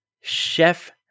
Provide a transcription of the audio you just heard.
Chef